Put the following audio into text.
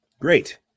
Great